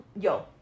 yo